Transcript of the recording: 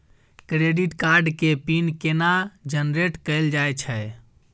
Credit card के pin केना generate कैल जाए छै?